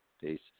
peace